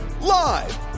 Live